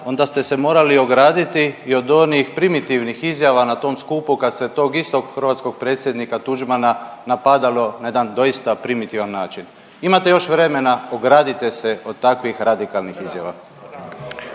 onda ste se morali ograditi i od onih primitivnih izjava na tom skupu kad se tog istog hrvatskog predsjednika Tuđmana napadalo na jedan doista primitivan način. Imate još vremena ogradite se od takvih radikalnih izjava.